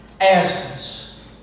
absence